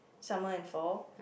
summer and fall